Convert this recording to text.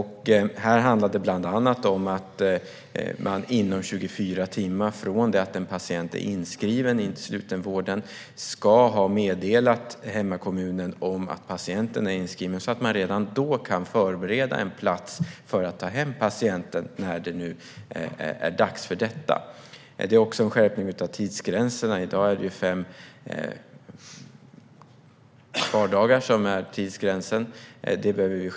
Här handlar det bland annat om att man inom 24 timmar från det att en patient är inskriven i slutenvården ska ha meddelat hemkommunen om att patienten är inskriven så att kommunen redan då kan förbereda en plats för patienten. Propositionen innebär också en skärpning av tidsgränserna. I dag är tidsgränsen fem vardagar.